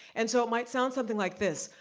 and so it might sound something like this,